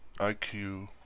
IQ